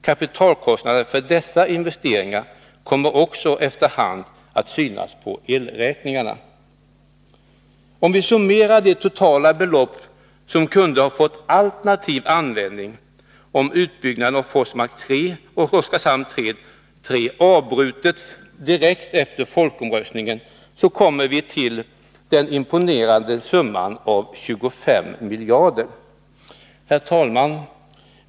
Kapitalkostnaden för dessa investeringar kommer också efter hand att synas på elräkningarna. Om vi summerar de totala belopp som kunde ha fått alternativ användning om utbyggnaden av Forsmark 3 och Oskarshamn 3 avbrutits direkt efter folkomröstningen, kommer vi till den imponerande summan av 25 miljarder. Herr talman!